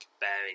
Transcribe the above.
bearing